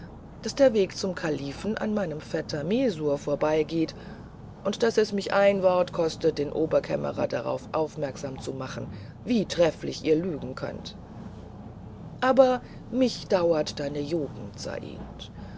daß der weg zum kalifen an meinem vetter messour vorbeigeht und daß es mich ein wort kostet den oberkämmerer darauf aufmerksam zu machen wie trefflich ihr lügen könnet aber mich dauert deine jugend said